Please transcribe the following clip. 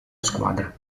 squadra